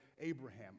Abraham